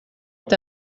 est